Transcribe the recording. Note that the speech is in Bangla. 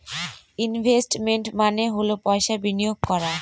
ইনভেস্টমেন্ট মানে হল পয়সা বিনিয়োগ করা